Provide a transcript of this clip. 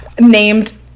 named